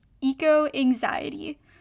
eco-anxiety